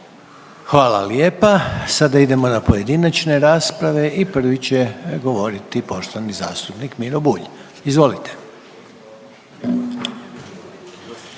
Hvala lijepa, sada idemo na pojedinačne rasprave i prvi će govoriti poštovani zastupnik Miro Bulj, izvolite.